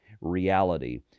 reality